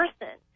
person